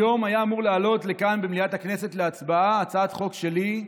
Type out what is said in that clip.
היום הייתה אמורה לעלות לכאן במליאת הכנסת להצבעה הצעת חוק שלי,